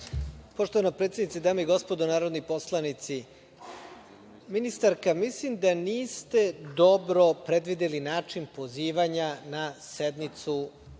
Poštovana predsednice, dame i gospodo narodni poslanici, ministarka, mislim da niste dobro predvideli način pozivanja na sednicu